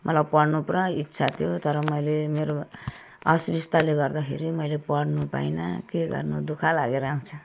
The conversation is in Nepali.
मलाई पढ्नु पुरा इच्छा थियो तर मैले मेरो असुविस्ताले गर्दाखेरि मैले पढ्नु पाइनँ के गर्नु दुःख लागेर आउँछ